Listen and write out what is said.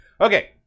Okay